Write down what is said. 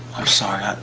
i'm sorry.